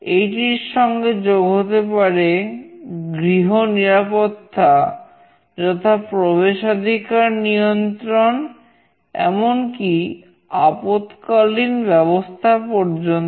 এটির সঙ্গে যোগ হতে পারে গৃহ নিরাপত্তা যথা প্রবেশাধিকার নিয়ন্ত্রণ এমনকি আপৎকালীন ব্যবস্থা পর্যন্ত